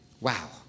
Wow